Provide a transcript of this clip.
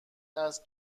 است